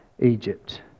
Egypt